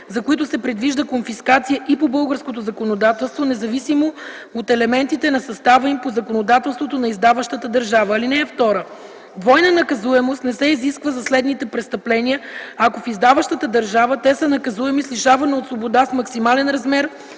за които се предвижда конфискация и по българското законодателство, независимо от елементите на състава им по законодателството на издаващата държава. (2) Двойна наказуемост не се изисква за следните престъпления, ако в издаващата държава те са наказуеми с лишаване от свобода с максимален размер